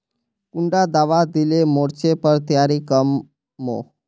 कुंडा दाबा दिले मोर्चे पर तैयारी कर मो?